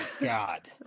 God